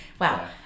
Wow